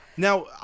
Now